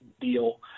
deal